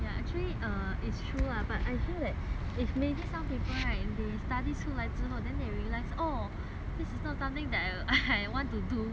that it's maybe some people right they study 出来之后 then they realise oh this is not something that I want to do then they also don't want to 一辈